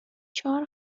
چهار